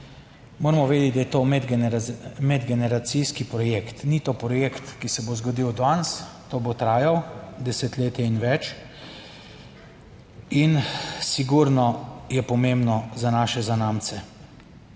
Moramo vedeti, da je to medgeneracijski projekt, ni to projekt, ki se bo zgodil danes, to bo trajal desetletje in več. In sigurno je pomembno za naše zanamce,